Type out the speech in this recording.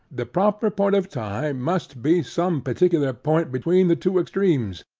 the proper point of time, must be some particular point between the two extremes,